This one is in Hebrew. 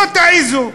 לא תעזו.